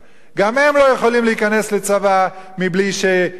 גם הם לא יכולים להיכנס לצבא בלי שיתאפשר